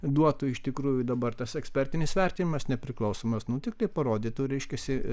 duotų iš tikrųjų dabar tas ekspertinis vertinimas nepriklausomas nu tiktai parodytų reiškiasi